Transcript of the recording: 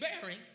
bearing